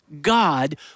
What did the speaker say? God